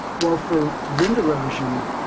well for wind erosion,